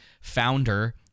founder